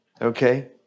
Okay